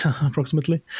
approximately